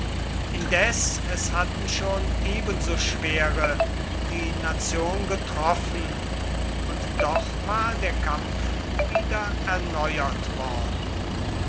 indes es hatten schon ebensoschwere die nation betroffen und doch war der kampf wieder erneuert worden